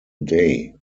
day